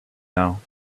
know